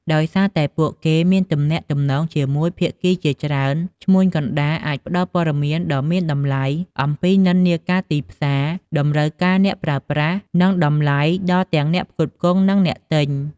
ដោយសារតែពួកគេមានទំនាក់ទំនងជាមួយភាគីជាច្រើន ឈ្មួញកណ្តាលអាចផ្តល់ព័ត៌មានដ៏មានតម្លៃអំពីនិន្នាការទីផ្សារ តម្រូវការអ្នកប្រើប្រាស់ និងតម្លៃដល់ទាំងអ្នកផ្គត់ផ្គង់ និងអ្នកទិញ។